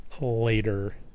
later